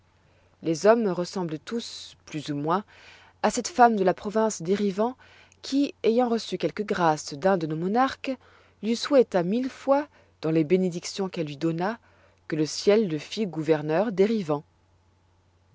les hommes ressemblent tous plus ou moins à cette femme de la province d'erivan qui ayant reçu quelque grâce d'un de nos monarques lui souhaita mille fois dans les bénédictions qu'elle lui donna que le ciel le fît gouverneur d'erivan